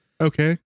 Okay